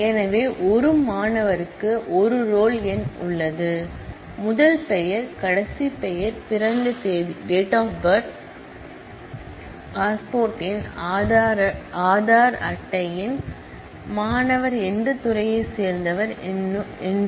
எனவே ஒரு மாணவருக்கு ஒரு ரோல் எண் உள்ளது முதல் பெயர் கடைசி பெயர் பிறந்த தேதி DOB பாஸ்போர்ட் எண் ஆதார் அட்டை எண் மாணவர் எந்த டிபார்ட்மென்ட்டை சேர்ந்தவர் மற்றும் பல